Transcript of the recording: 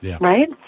right